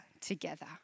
together